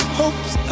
hopes